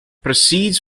proceeds